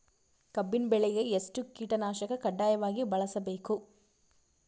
ಕಬ್ಬಿನ್ ಬೆಳಿಗ ಎಷ್ಟ ಕೀಟನಾಶಕ ಕಡ್ಡಾಯವಾಗಿ ಬಳಸಬೇಕು?